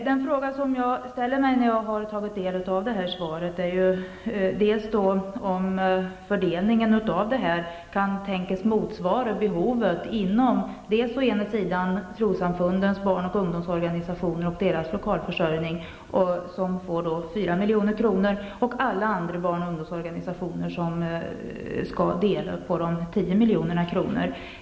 Den fråga som jag ställer mig efter att ha tagit del av svaret är om fördelningen av stödet kan tänkas motsvara behovet hos trossamfundens barn och ungdomsorganisationer och deras lokalförsörjning, som ju får 4 miljoner, och hos alla andra barn och ungdomsorganisationer, som skall dela på 10 miljoner.